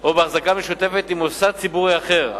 או בהחזקה משותפת עם מוסד ציבורי אחר,